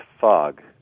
fog